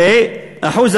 ה.